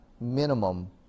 minimum